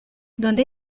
donde